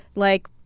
like,